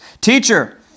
Teacher